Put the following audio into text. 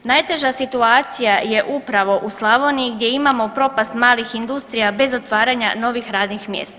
Najteža situacija je upravo u Slavoniji gdje imamo propast malih industrija bez otvaranja novih radnih mjesta.